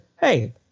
hey